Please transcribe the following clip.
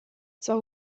zwar